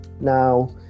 Now